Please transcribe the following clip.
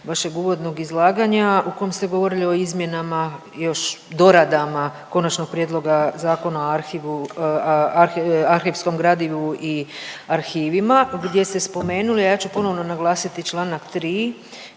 vašeg uvodnog izlaganja u kom ste govorili o izmjenama još doradama Konačnog prijedloga Zakona o arhivskom gradivu i arhivima gdje ste spomenuli, a ja ću ponovo naglasiti čl. 3.